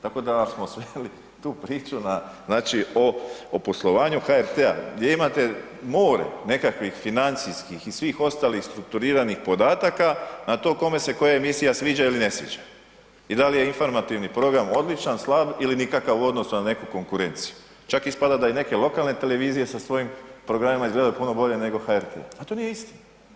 Tako da smo sveli tu priču na, znači o poslovanju HRT-a gdje imate more nekakvih financijskih i svih ostalih strukturiranih podataka na to kome se koja emisija sviđa ili ne sviđa i da li je informativan program odličan, slab ili nikakav u odnosu na neku konkurenciju čak ispada da i neke lokalne televizije sa svojim programima izgledaju puno bolje nego HRT, a to nije istina.